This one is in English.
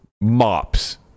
mops